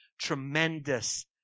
tremendous